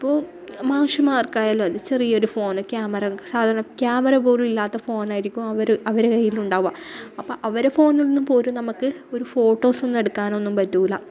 അപ്പോൾ മാഷമ്മാര്ക്ക് ആയാലും അതെ ചെറിയ ഒരു ഫോണ് ക്യാമറ സാധാരണ ക്യാമറ പോലും ഇല്ലാത്ത ഫോണായിരിക്കും അവർ അവരെ കൈയ്യിലുണ്ടാവുക അപ്പോൾ അവരെ ഫോണ്ന്ന് പോലും നമുക്ക് ഒരു ഫോട്ടോസൊന്നും എടുക്കാനൊന്നും പറ്റൂല